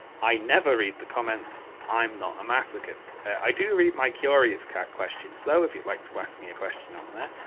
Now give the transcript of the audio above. i never read the comments. i'm not a masochist. i do read my curious cat questions, though, if you'd like to ask me a question on there.